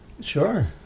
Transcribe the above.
Sure